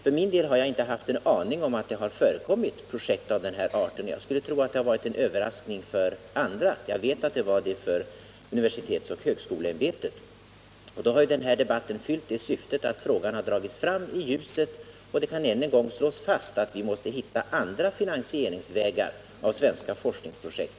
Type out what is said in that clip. Jag har för min del inte haft en aning om att det har förekommit projekt av denna art. Jag skulle tro att det var en överraskning även för andra — jag vet att det var det för universitetsoch högskoleämbetet. Då har denna debatt fyllt det syftet att frågan har dragits fram i ljuset, och det kan än en gång slås fast att vi måste hitta andra vägar än dessa för att finansiera svenska forskningsprojekt.